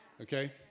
okay